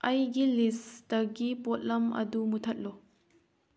ꯑꯩꯒꯤ ꯂꯤꯁꯇꯒꯤ ꯄꯣꯠꯂꯝ ꯑꯗꯨ ꯃꯨꯠꯊꯠꯂꯨ